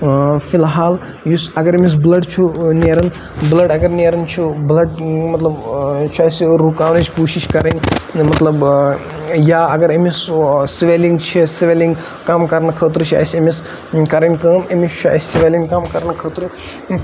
فِلحال یُس اَگَر أمِس بٕلَڈ چھُ نیران بٕلَڈ اَگَر نیران چھُ بٕلَڈ مَطلَب چھُ اَسہِ رُکاونٕچ کوٗشِش کَرٕنۍ مَطلَب یا اَگَر أمِس سٕویلِنٛگ چھِ سٕویلِنٛگ کَم کَرنہٕ خٲطرٕ چھِ اَسہِ أمِس کَرٕنۍ کٲم أمِس چھُ اَسہِ سٕویلِنٛگ کَم کَرنہٕ خٲطرٕ